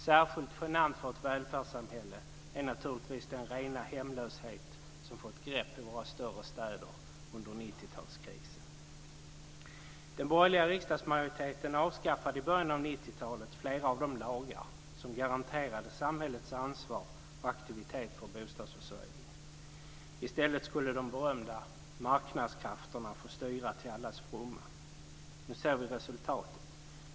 Särskilt genant för ett välfärdssamhälle är naturligtvis den rena hemlösheten som har fått grepp om våra större städer under Den borgerliga riksdagsmajoriteten avskaffade i början av 90-talet flera av de lagar som garanterade samhällets ansvar och aktivitet för bostadsförsörjningen. I stället skulle de berömda marknadskrafterna få styra till allas fromma. Nu ser vi resultatet.